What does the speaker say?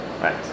Right